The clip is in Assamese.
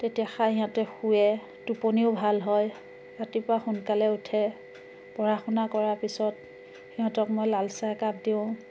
তেতিয়া খাই সিহঁতে শোৱে টোপনিও ভাল হয় ৰাতিপুৱা সোনকালে উঠে পঢ়া শুনা কৰাৰ পিছত সিহঁতক মই লালচাহ একাপ দিওঁ